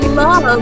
love